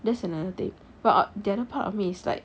that's another thing but the other part of me is like